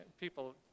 people